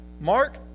Mark